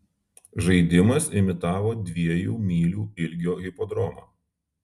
žaidimas imitavo dviejų mylių ilgio hipodromą